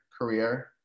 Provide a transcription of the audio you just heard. career